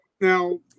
now